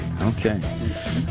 Okay